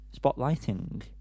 spotlighting